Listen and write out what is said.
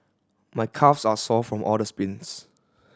my calves are sore from all the sprints